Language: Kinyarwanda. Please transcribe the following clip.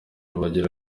bagira